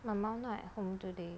my mom not at home today